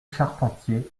charpentier